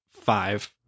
five